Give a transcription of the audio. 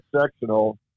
sectional